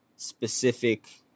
specific